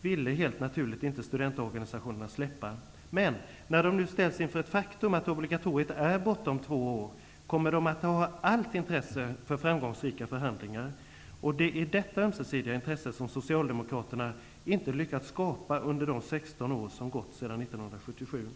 ville helt naturligt inte studentorganisationerna släppa. Men när de nu ställs inför ett faktum, att obligatoriet är borta om två år, kommer de att ha allt intresse för framgångsrika förhandlingar. Det är detta ömsesidiga intresse som Socialdemokraterna inte lyckats skapa under de 16 år som gått sedan 1977.